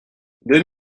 deux